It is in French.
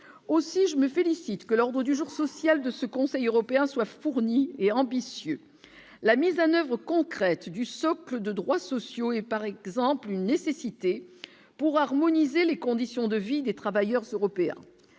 aussi je me félicite que l'ordre du jour social de ce Conseil européen soit fournie et ambitieux, la mise en oeuvre concrète du socle de droits sociaux et par exemple, une nécessité pour harmoniser les conditions de vie des travailleurs s'européen,